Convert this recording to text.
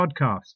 podcast